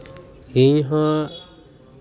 ᱤᱧ ᱦᱚᱸ